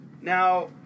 Now